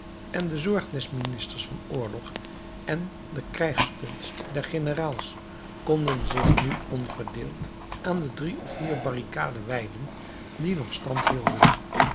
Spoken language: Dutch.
en de zorg des ministers van oorlog en de krijgskunst der generaals konden zich nu onverdeeld aan de drie of vier barricaden wijden die nog stand hielden